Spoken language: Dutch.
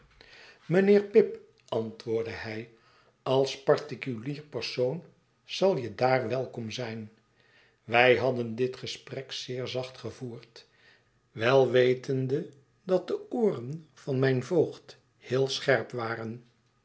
mijnheer pip antwoordde hij als particulier persoon zal je daar welkom zijn wij hadden dit gesprek zeer zacht gevoerd wel wetende dat de ooren van mijn voogd heel scherp waren